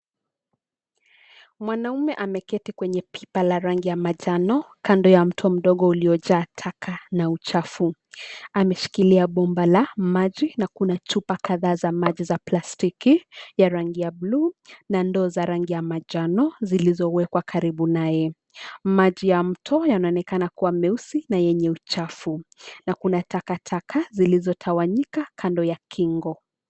Mwanaume ameketi kwenye pipa la rangi ya manjano kando ya mto mdogo uliojaa taka na uchafu. Ameshikilia bomba la maji na kuna chupa kadhaa za maji za plastiki ya rangi blue na ndoo za rangi manjano zilizowekwa karibu nae. Maji ya mto yanaonekana kuwa meusi na yenye uchafu na kuna takataka zilizotawanyika kando ya kingo.